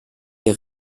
der